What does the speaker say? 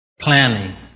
planning